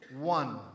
One